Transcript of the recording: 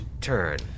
turn